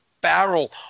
barrel